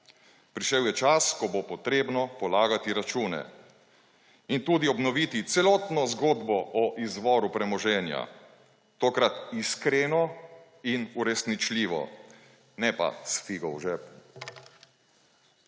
Prišel je čas, ko bo potrebno polagati račune in tudi obnoviti celotno zgodbo o izvoru premoženja. Tokrat iskreno in uresničljivo, ne pa s figo v žepu.